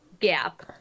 Gap